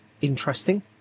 interesting